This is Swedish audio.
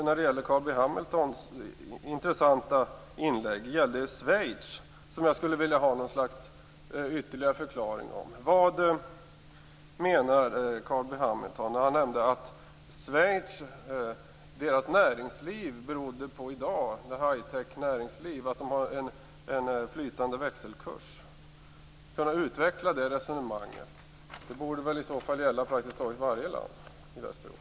När det gäller Carl B Hamiltons intressanta inlägg angående Schweiz skulle jag vilja ha en ytterligare förklaring. Vad menade Carl B Hamilton när han nämnde att Schweiz high-tech-näringsliv berodde på att man har en flytande växelkurs? Kan Carl B Hamilton utveckla det resonemanget? Det borde väl i så fall gälla praktiskt taget varje land i Västeuropa.